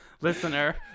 listener